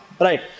Right